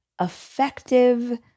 effective